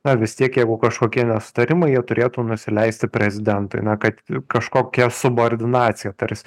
na vis tiek jeigu kažkokie nesutarimai jie turėtų nusileisti prezidentui na kad kažkokia subordinacija tarsi